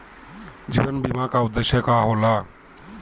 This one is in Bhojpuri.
जीवन बीमा का उदेस्य का होला?